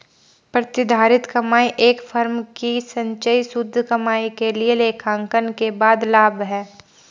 प्रतिधारित कमाई एक फर्म की संचयी शुद्ध कमाई के लिए लेखांकन के बाद लाभ है